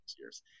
years